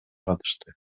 катышты